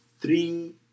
three